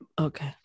Okay